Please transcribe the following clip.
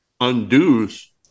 Undoes